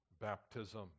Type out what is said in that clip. baptism